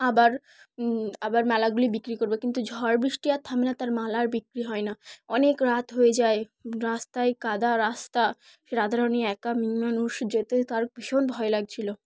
আবার আবার মালাগুলি বিক্রি করবো কিন্তু ঝড় বৃষ্টি আর থামে না তার মালার বিক্রি হয় না অনেক রাত হয়ে যায় রাস্তায় কাদা রাস্তা সে রধারণ নিয়ে একা মি মানুষ যেতে তার ভীষণ ভয় লাগছিলো